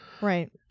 Right